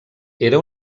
era